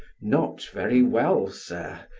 not very well, sir.